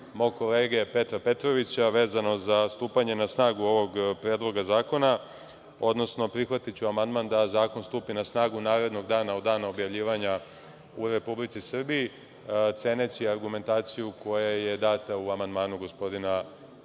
mog kolege Petra Petrovića vezano za stupanje na snagu ovog Predloga zakona, odnosno prihvatiću amandman da zakon stupi na snagu narednog dana od dana objavljivanja u Republici Srbiji, ceneći argumentaciju koja je data u amandmanu gospodina Petra